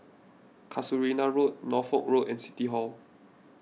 Casuarina Road Norfolk Road and City Hall